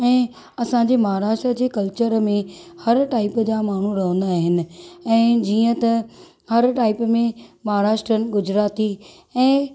ऐं असांजे महाराष्ट्र जे कल्चर में हर टाइप जा माण्हू रहंदा आहिनि ऐं जीअं त हर टाइप में महाराष्ट्रियनि गुजरती ऐं